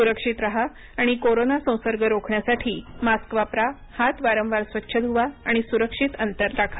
सुरक्षित राहा आणि कोरोना संसर्ग रोखण्यासाठी मास्क वापरा हात वारंवार स्वच्छ धुवा सुरक्षित अंतर ठेवा